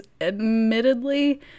admittedly